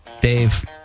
Dave